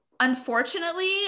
unfortunately